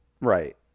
Right